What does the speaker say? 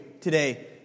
today